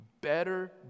better